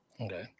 okay